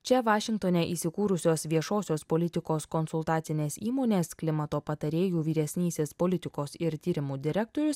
čia vašingtone įsikūrusios viešosios politikos konsultacinės įmonės klimato patarėjų vyresnysis politikos ir tyrimų direktorius